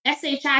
SHI